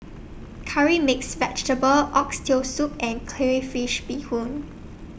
Curry Mixed Vegetable Oxtail Soup and Crayfish Beehoon